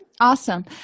awesome